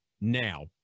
now